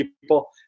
people